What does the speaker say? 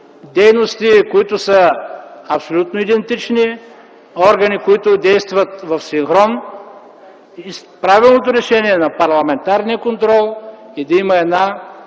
дейности, които са абсолютно идентични; органи, които действат в синхрон и правилното решение на парламентарния контрол е да има една